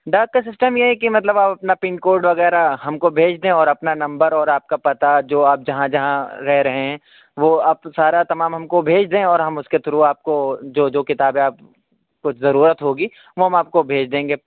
ڈاک کا سسٹم یہ ہے کہ مطلب آپ اپنا پین کوڈ وغیرہ ہم کو بھیج دیں اور اپنا نمبر اور آپ کا پتہ جو آپ جہاں جہاں رہ رہے ہیں وہ آپ سارا تمام ہم کو بھیج دیں اور ہم اس کے تھرو آپ کو جو جو کتابیں آپ کو ضرورت ہوگی وہ ہم آپ کو بھیج دیں گے